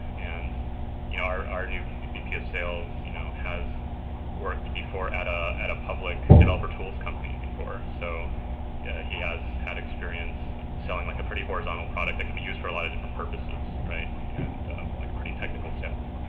and you know our our new vp vp of sales you know has worked before at a at a public developer tools company before. so he has had experience selling like a pretty horizontal product that can be used for a lot of different purposes and like a pretty technical sell.